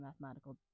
mathematical